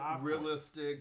realistic